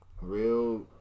real